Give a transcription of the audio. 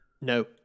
No